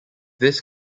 this